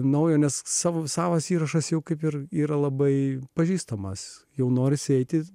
naujo nes savo savas įrašas jau kaip ir yra labai pažįstamas jau norisi eiti